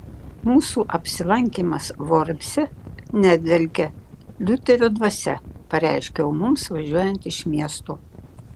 mūsų apsilankymas vormse nedvelkia liuterio dvasia pareiškiau mums važiuojant iš miesto